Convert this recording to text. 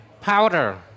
Powder